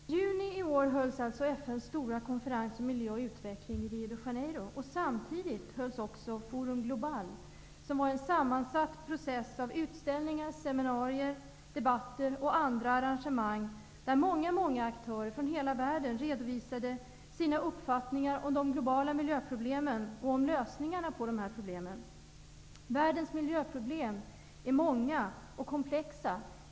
Herr talman! I juni i år hölls alltså FN:s stora konferens om miljö och utveckling i Rio de Janeiro. Samtidigt hölls Forum Global -- en sammansatt process av utställningar, seminarier, debatter och andra engagemang, där väldigt många aktörer från hela världen redovisade sina uppfattningar om de globala miljöproblemen och om lösningarna på de här problemen. Världens miljöproblem är många och komplexa.